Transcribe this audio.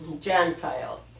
Gentile